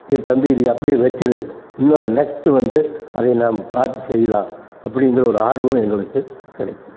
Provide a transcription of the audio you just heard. டேய் தம்பி இதை அப்படே வச்சிரு இன்னும் நெக்ஸ்ட்டு வந்து அதை நான் பார்த்து செய்யலாம் அப்படிங்கிற ஒரு ஆர்வம் எங்களுக்கு கிடைக்கும்